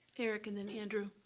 eric, and then andrew.